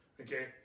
Okay